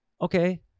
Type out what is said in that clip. Okay